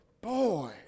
Boy